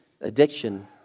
addiction